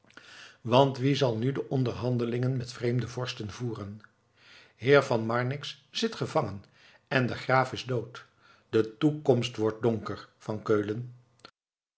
want wie zal nu de onderhandelingen met vreemde vorsten voeren heer van marnix zit gevangen en de graaf is dood de toekomst wordt donker van keulen